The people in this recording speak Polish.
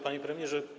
Panie Premierze!